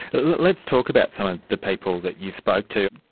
let's talk about some of the people that you spoke to.